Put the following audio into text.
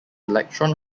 electron